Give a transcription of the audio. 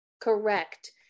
Correct